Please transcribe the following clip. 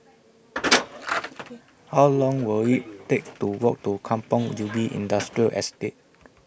How Long Will IT Take to Walk to Kampong Ubi Industrial Estate